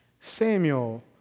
Samuel